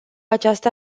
această